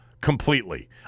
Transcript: completely